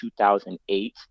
2008